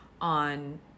on